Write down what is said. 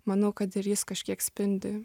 manau kad ir jis kažkiek spindi